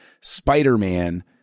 Spider-Man